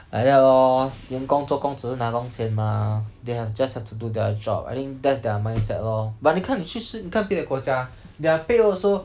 like that lor 员工作工只是拿工钱 mah then just have to do their job I think that's their mindset lor but 你看你去吃你看别的国家 their pay also